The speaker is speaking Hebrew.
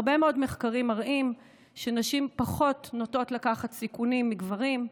הרבה מאוד מחקרים מראים שנשים פחות נוטות לקחת סיכונים מגברים,